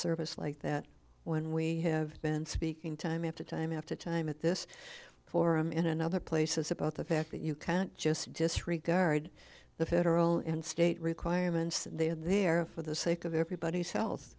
service like that when we have been speaking time after time after time at this forum in and other places about the fact that you can't just disregard the federal and state requirements they are there for the sake of everybody's health